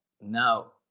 Now